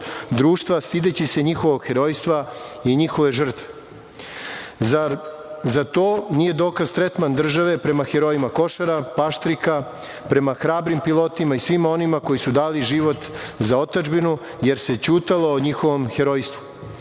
društva, stideći se njihovog herojstva i njihove žrtve. Zar za to nije dokaz tretman države prema herojima Košara, Paštrika, prema hrabrim pilotima i svima onima koji su dali život za otadžbinu, jer se ćutalo o njihovom herojstvu?